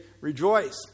rejoice